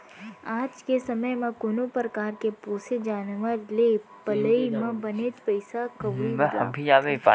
आज के समे म कोनो परकार के पोसे जानवर के पलई म बनेच पइसा कउड़ी लागथे